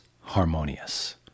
harmonious